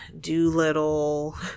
Doolittle